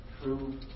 true